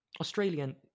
Australian